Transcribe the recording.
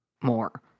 more